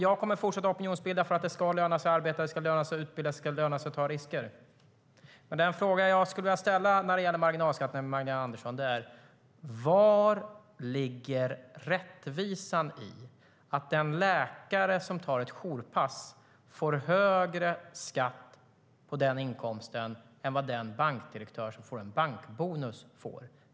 Jag kommer att fortsätta att opinionsbilda för att det ska löna sig att arbeta, att utbilda sig och att ta risker. Den fråga jag skulle vilja ställa till Magdalena Andersson när det gäller marginalskatten är vari rättvisan ligger att den läkare som tar ett jourpass får högre skatt på den inkomsten än vad en bankdirektör som får en bankbonus får.